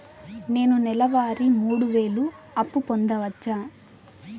నేను నెల వారి మూడు వేలు అప్పు పొందవచ్చా?